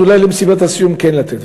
אז אולי למסיבת הסיום כן לתת.